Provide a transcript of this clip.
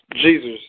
Jesus